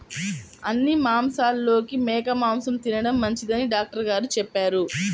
అన్ని మాంసాలలోకి మేక మాసం తిండం మంచిదని డాక్టర్ గారు చెప్పారు